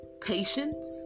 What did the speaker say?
patience